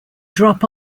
drop